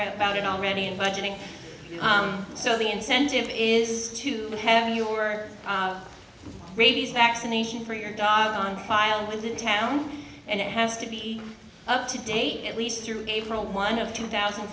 read about it already in budgeting so the incentive is to have your rabies vaccination for your god on file was in town and it has to be up to date at least through april one of two thousand